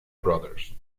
bros